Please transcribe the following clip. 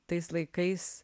tais laikais